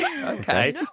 Okay